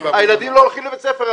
הילדים לא הולכים לבית ספר,